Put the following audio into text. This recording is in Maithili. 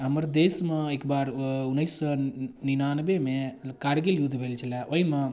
हमर देशमे एकबार उन्नैस सए निनानबे मे कारगिल युद्ध भेल छलए ओहिमे